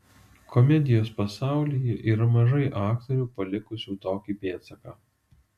komedijos pasaulyje yra mažai aktorių palikusių tokį pėdsaką